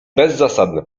bezzasadne